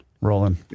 Rolling